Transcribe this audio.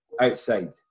outside